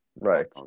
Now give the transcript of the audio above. right